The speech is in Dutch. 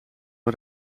een